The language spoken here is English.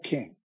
King